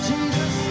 Jesus